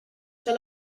cha